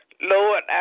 Lord